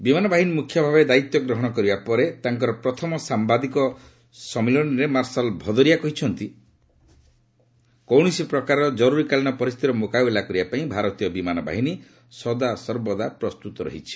ବିମାନ ବାହିନୀ ମୁଖ୍ୟ ଭାବେ ଦାୟିତ୍ୱ ଗ୍ରହଣ କରିବା ପରେ ତାଙ୍କର ପ୍ରଥମ ସାୟାଦିକ ସମ୍ମିଳନୀରେ ମାର୍ଶାଲ୍ ଭଦୌରିଆ କହିଛନ୍ତି କୌଣସି ପ୍ରକାରର କରୁରୀ କାଳୀନ ପରିସ୍ଥିତିର ମୁକାବିଲା କରିବା ପାଇଁ ଭାରତୀୟ ବିମାନ ବାହିନୀ ସଦାସର୍ବଦା ପ୍ରସ୍ତୁତ ରହିଛି